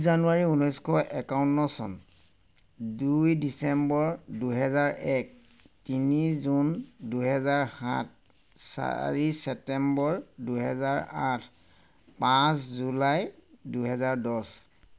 জানুৱাৰী ঊনৈছশ একৱন্ন চন দুই ডিচেম্বৰ দুহেজাৰ এক তিনি জুন দুহেজাৰ সাত চাৰি চেপ্তেম্বৰ দুহেজাৰ আঠ পাঁচ জুলাই দুহেজাৰ দহ